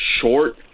short